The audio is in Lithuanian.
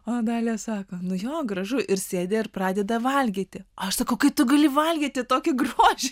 o dalia sako nu jo gražu ir sėdi ir pradeda valgyti aš sakau kai tu gali valgyti tokį grožį